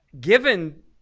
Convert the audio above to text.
given